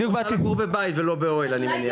את רוצה לגור בבית ולא באוהל אני מניח.